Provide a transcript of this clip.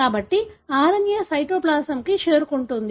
కాబట్టి RNA సైటోప్లాజమ్కు చేరుకుంటుంది